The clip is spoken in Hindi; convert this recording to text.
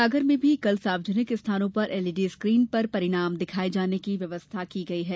सागर में भी कल सार्वजनिक स्थानों पर एलईडी स्कीन पर परिणाम दिखाये जाने की व्यवस्था की गई है